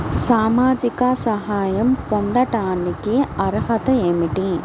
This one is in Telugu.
సామాజిక సహాయం పొందటానికి అర్హత ఏమిటి?